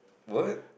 what